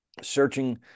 searching